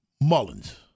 Mullins